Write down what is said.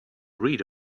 read